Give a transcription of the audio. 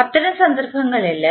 അത്തരം സന്ദർഭങ്ങളിൽ